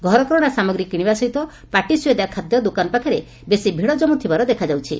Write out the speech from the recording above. ଘରକରଶା ସାମଗ୍ରୀ କିଶିବା ସହିତ ପାଟି ସୁଆଦିଆ ଖାଦ୍ୟ ଦୋକାନ ପାଖରେ ବେଶି ଭିଡ଼ କମୁଥିବାର ଦେଖାଯାଉଛି